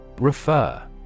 Refer